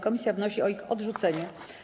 Komisja wnosi o ich odrzucenie.